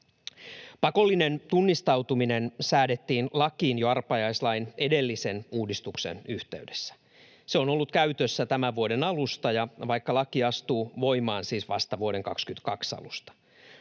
Pakollinen tunnistautuminen säädettiin lakiin jo arpajaislain edellisen uudistuksen yhteydessä. Se on ollut käytössä tämän vuoden alusta, vaikka laki astuu voimaan siis vasta vuoden 22 alusta.